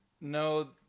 No